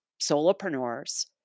solopreneurs